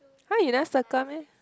!huh! you never circle meh